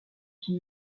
qui